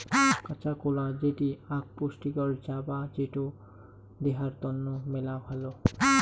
কাঁচা কলা যেটি আক পুষ্টিকর জাবা যেটো দেহার তন্ন মেলা ভালো